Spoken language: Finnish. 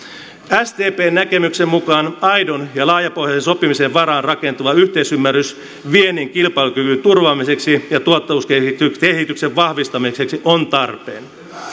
sdpn näkemyksen mukaan aidon ja laajapohjaisen sopimisen varaan rakentuva yhteisymmärrys viennin kilpailukyvyn turvaamiseksi ja tuottavuuskehityksen vahvistamiseksi on tarpeen